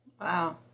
Wow